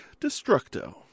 Destructo